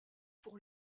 pour